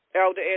Elder